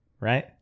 right